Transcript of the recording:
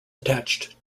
attached